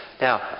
Now